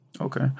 Okay